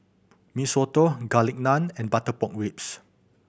Mee Soto Garlic Naan and butter pork ribs